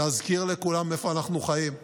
להזכיר לכולם איפה אנחנו חיים: